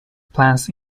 plans